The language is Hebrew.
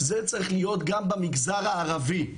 זה צריך להיות גם במגזר הערבי.